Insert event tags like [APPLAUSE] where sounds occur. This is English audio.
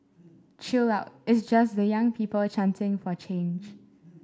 chill out it's just the young people chanting for change [NOISE]